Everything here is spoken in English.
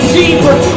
deeper